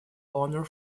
honor